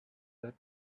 that